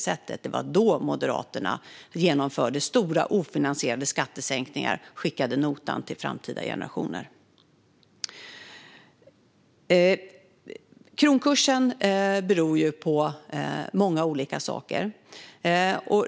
Det var då Moderaterna genomförde stora, ofinansierade skattesänkningar och skickade notan till framtida generationer. Kronkursen beror på många olika saker.